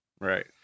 Right